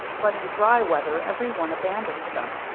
but in dry weather every one abandons them,